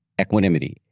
equanimity